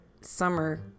Summer